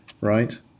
Right